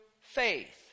faith